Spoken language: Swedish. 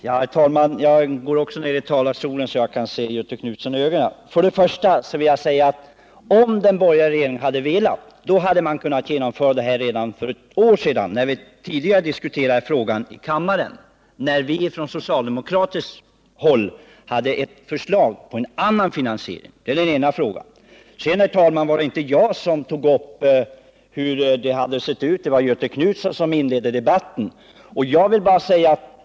Herr talman! Jag går också upp i talarstolen så att jag kan se Göthe Knutson i ögonen. Om den borgerliga regeringen hade velat hade den kunnat avgöra den här frågan redan för ett år sedan när vi diskuterade den i kammaren. Från socialdemokratiskt håll hade vi då lagt fram ett förslag om en annan finansiering. Sedan var det inte jag, herr talman, som tog upp frågan hur det skulle ha sett ut, utan det var ju Göthe Knutson som inledde debatten.